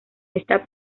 esta